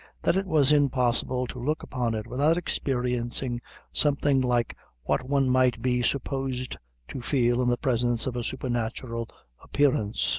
that it was impossible to look upon it without experiencing something like what one might be supposed to feel in the presence of a supernatural appearance